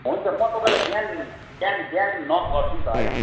हुन्छ म तपाईँलाई बिहान बिहान बिहान नक गर्छु नि त है